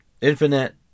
Infinite